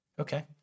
Okay